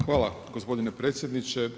Hvala gospodine predsjedniče.